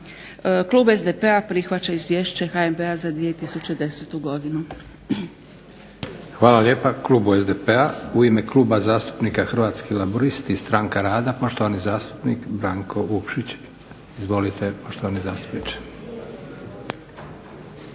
Klub SDP-a prihvaća Izvješće HNB-a za 2010. godinu. **Leko, Josip (SDP)** Hvala lijepa klubu SDP-a. U ime Kluba zastupnika Hrvatski laburisti-stranka rada poštovani zastupnik Branko Vukšić. Izvolite poštovani zastupniče.